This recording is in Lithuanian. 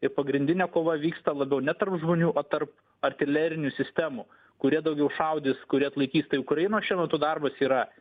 ir pagrindinė kova vyksta labiau ne tarp žmonių o tarp artilerinių sistemų kurie daugiau šaudys kuri atlaikys tai ukrainos šiuo metu darbas yra